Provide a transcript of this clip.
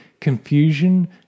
confusion